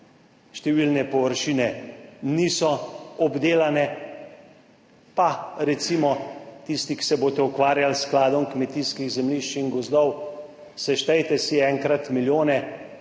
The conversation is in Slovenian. Številne površine niso obdelane. Pa recimo tisti, ki se boste ukvarjali s Skladom kmetijskih zemljišč in gozdov, seštejte si enkrat milijone,